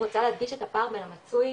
רוצה להדגיש את הפער ביו הרצוי למצוי,